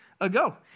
ago